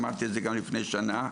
אמרתי את זה גם לפני שנה,